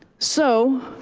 so